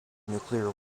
nuclear